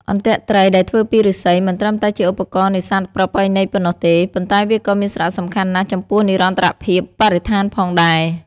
អន្ទាក់ត្រីដែលធ្វើពីឫស្សីមិនត្រឹមតែជាឧបករណ៍នេសាទប្រពៃណីប៉ុណ្ណោះទេ ប៉ុន្តែវាក៏មានសារៈសំខាន់ណាស់ចំពោះនិរន្តរភាពបរិស្ថានផងដែរ។